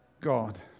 God